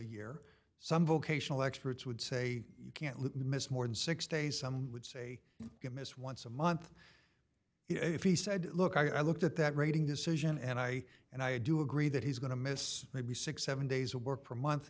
year some vocational experts would say you can't miss more than six days some would say you miss once a month if he said look i looked at that rating decision and i and i do agree that he's going to miss maybe sixty seven dollars days of work for a month